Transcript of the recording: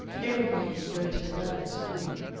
everybody who's going to develop into a woman.